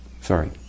Sorry